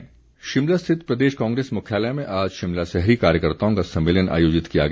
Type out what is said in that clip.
कांग्रेस शिमला स्थित प्रदेश कांग्रेस मुख्यालय में आज शिमला शहरी कार्यकर्ताओं का सम्मेलन आयोजित किया गया